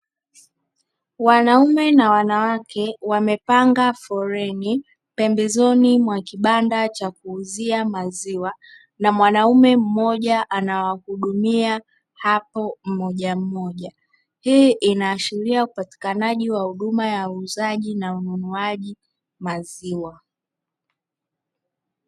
Wanaume na wanawake wamepanga foleni kwenye kibanda cha kuuzia maziwa na mwanaume mmoja anawahudumia hapo mmojammoja. Hii inaashiria upatikanaji wa huduma ya uuzaji na ununuaji wa maziwa.